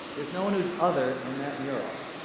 there's no one who's other in that mural.